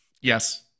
yes